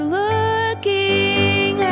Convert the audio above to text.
looking